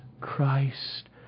Christ